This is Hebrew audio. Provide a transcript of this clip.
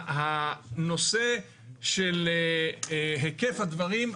הנושא של היקף הדברים,